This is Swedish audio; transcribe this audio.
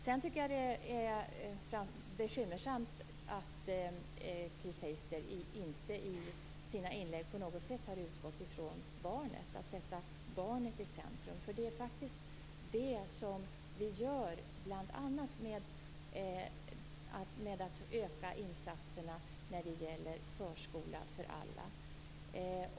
Det är bekymmersamt att Chris Heister inte i sina inlägg på något sätt har utgått från barnet, inte har satt barnet i centrum. Det är det som vi gör, bl.a. genom att öka insatserna när det gäller förskola för alla.